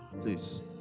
please